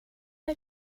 der